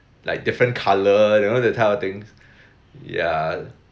like different colour you know that type of thing yeah